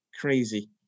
crazy